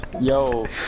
Yo